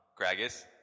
Gragas